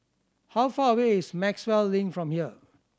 how far away is Maxwell Link from here